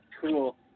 Cool